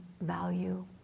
value